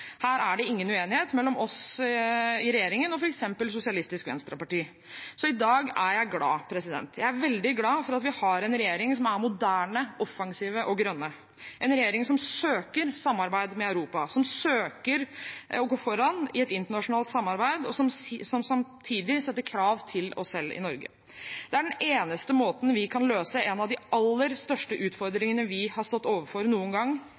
Her er det ingen uenighet mellom oss i regjeringen og f.eks. Sosialistisk Venstreparti. Så i dag er jeg glad. Jeg er veldig glad for at vi har en regjering som er moderne, offensiv og grønn, en regjering som søker samarbeid med Europa, som søker å gå foran i et internasjonalt samarbeid, og som samtidig setter krav til oss selv i Norge. Det er den eneste måten vi kan løse en av de aller største utfordringene vi noen gang har stått overfor,